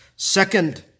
Second